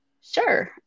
Sure